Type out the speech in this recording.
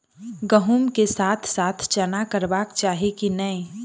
गहुम केँ साथ साथ चना करबाक चाहि की नै?